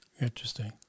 Interesting